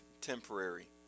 temporary